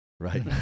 Right